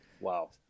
Wow